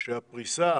שהפריסה